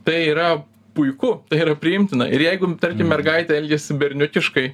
tai yra puiku tai yra priimtina ir jeigu tarkim mergaitė elgiasi berniukiškai